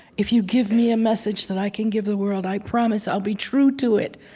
if you give me a message that i can give the world, i promise i'll be true to it.